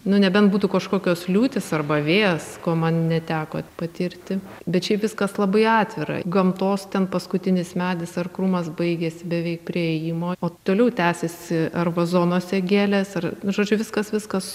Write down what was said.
nu nebent būtų kažkokios liūtys arba vėjas ko man neteko patirti bet šiaip viskas labai atvira gamtos ten paskutinis medis ar krūmas baigiasi beveik prie įėjimo o toliau tęsiasi ar vazonuose gėlės ar žodžiu viskas viskas